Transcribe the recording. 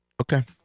Okay